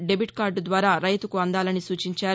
debit card ద్వారా రైతుకు అందాలని సూచించారు